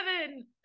seven